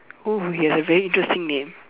oh he has a very interesting name